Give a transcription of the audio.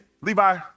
Levi